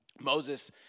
Moses